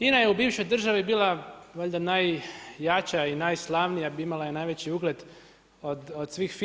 INA je u bivšoj državi bila valjda najjača i najslavnija, imala je najveći ugled od svih firmi.